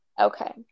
Okay